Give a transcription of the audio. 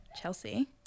Chelsea